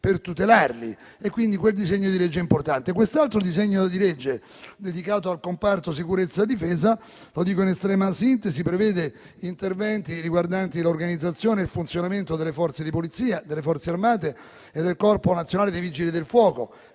per tutelarli. Quindi, quel disegno di legge è importante. Quest'altro disegno di legge, dedicato al comparto sicurezza-difesa, in estrema sintesi, prevede interventi riguardanti l'organizzazione e il funzionamento delle Forze di polizia, delle Forze armate e del Corpo nazionale dei vigili del fuoco.